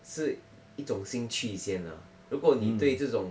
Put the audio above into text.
是一种兴趣先啦如果你对这种